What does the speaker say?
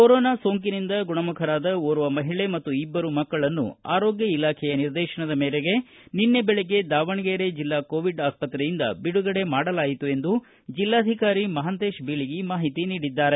corona ಸೋಂಕಿನಿಂದ ಗುಣಮುಖರಾದ ಓರ್ವ ಮಹಿಳೆ ಮತ್ತು ಇಬ್ಬರು ಮಕ್ಕಳನ್ನು ಆರೋಗ್ಯ ಇಲಾಖೆಯ ನಿರ್ದೇಶನದ ಮೇರೆಗೆ ನಿನ್ನೆ ಬೆಳಿಗ್ಗೆ ದಾವಣಗೆರೆ ಜಿಲ್ಲಾ ಕೋವಿಡ್ ಆಸ್ಪತ್ರೆಯಿಂದ ಬಿಡುಗಡೆ ಮಾಡಲಾಯಿತು ಎಂದು ಜಿಲ್ಲಾಧಿಕಾರಿ ಮಹಾಂತೇಶ ಬೀಳಗಿ ಮಾಹಿತಿ ನೀಡಿದ್ದಾರೆ